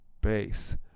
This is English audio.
base